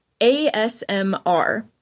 ASMR